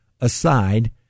aside